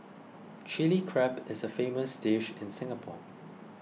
Chilli Crab is a famous dish in Singapore